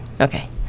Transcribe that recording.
Okay